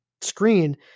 screen